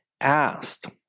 asked